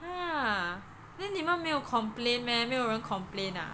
!huh! then 你们没有 complain meh 没有人 complain ah